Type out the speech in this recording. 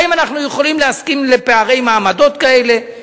האם אנחנו יכולים להסכים לפערי מעמדות כאלה,